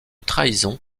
trahison